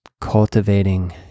cultivating